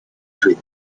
twig